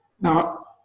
Now